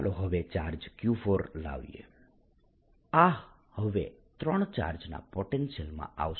ચાલો હવે charge Q4 લાવીએ આ હવે આ ત્રણ ચાર્જના પોટેન્શિયલમાં આવશે